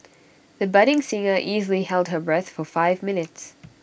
the budding singer easily held her breath for five minutes